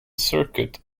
circuit